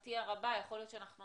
לשמחתי הרבה, יכול להיות שאנחנו